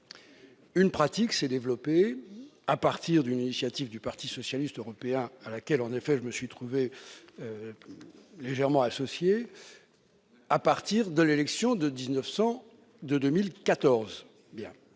Une pratique s'est développée à partir d'une initiative du parti socialiste européen à laquelle, en effet, je me suis trouvé modestement associé à l'approche des élections de 2014.